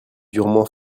durement